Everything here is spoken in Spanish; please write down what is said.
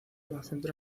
concentra